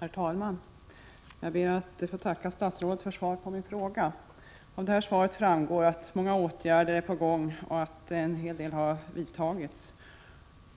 Herr talman! Jag ber att få tacka statsrådet för svaret på min fråga. Av detta svar framgår att många åtgärder är på gång och att en hel del åtgärder har vidtagits.